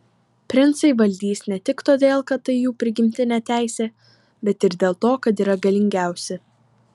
princai valdys ne tik todėl kad tai jų prigimtinė teisė bet ir dėl to kad yra galingiausi